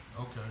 Okay